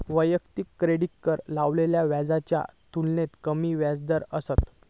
वैयक्तिक कार्डार लावलेल्या व्याजाच्या तुलनेत कमी व्याजदर असतत